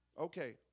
Okay